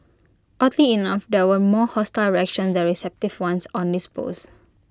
oddly enough there were more hostile reaction than receptive ones on his post